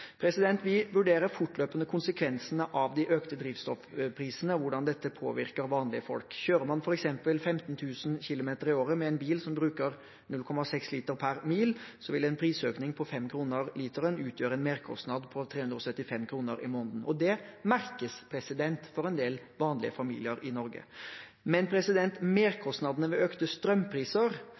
Vi vurderer fortløpende konsekvensene av de økte drivstoffprisene og hvordan dette påvirker vanlige folk. Kjører man f.eks. 15 000 km i året med en bil som bruker 0,6 liter per mil, vil en prisøkning på 5 kr per liter utgjøre en merkostnad på 375 kr i måneden. Det merkes for en del vanlige familier i Norge. Men merkostnadene ved økte strømpriser,